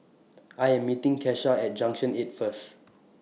I Am meeting Kesha At Junction eight First